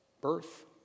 Birth